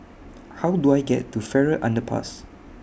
How Do I get to Farrer Underpass